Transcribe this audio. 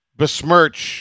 besmirch –